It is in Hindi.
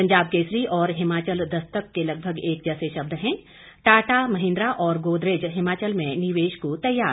पंजाब केसरी और हिमाचल दस्तक के लगभग एक जैसे शब्द हैं टाटा महिंद्रा और गोदरेज हिमाचल में निवेश को तैयार